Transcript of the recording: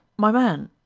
my man